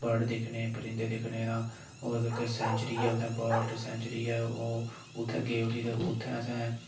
bird दिक्खने परिंदे दिक्खने दा होर इक सेंचुरी ऐ उ'त्थें बर्ड सेंचुरी ऐ ओह् उ'त्थें गे उठी ते उ'त्थें असें